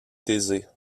thésée